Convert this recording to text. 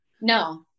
no